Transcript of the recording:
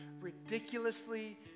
ridiculously